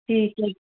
ਠੀਕ ਹੈ ਜੀ